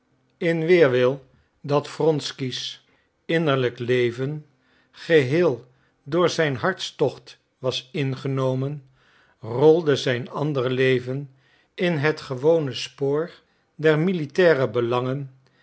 in weerwil dat wronsky's innerlijk leven geheel door zijn hartstocht was ingenomen rolde zijn ander leven in het gewone spoor der militaire belangen